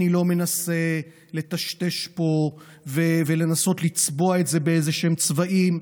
אני לא מנסה לטשטש פה ולנסות לצבוע את זה באיזשהם צבעים.